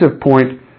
point